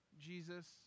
Jesus